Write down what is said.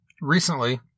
Recently